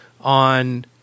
on